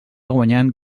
guanyant